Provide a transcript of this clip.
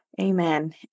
Amen